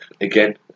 again